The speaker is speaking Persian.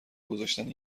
گذشتن